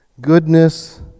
goodness